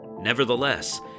Nevertheless